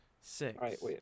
six